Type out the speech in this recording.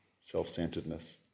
self-centeredness